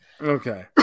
Okay